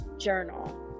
journal